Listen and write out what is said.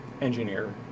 engineer